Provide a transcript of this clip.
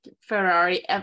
Ferrari